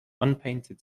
unpainted